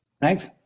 Thanks